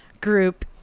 group